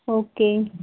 okay